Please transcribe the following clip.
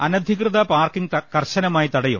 അനധികൃത പാർക്കിങ് കർശനമായി തടയും